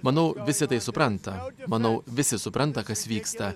manau visi tai supranta manau visi supranta kas vyksta